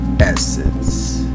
essence